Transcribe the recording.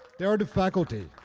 they are the faculty.